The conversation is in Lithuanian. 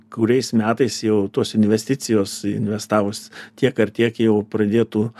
kuriais metais jau tos investicijos investavus tiek ar tiek jau pradėtų